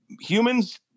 humans